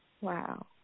Wow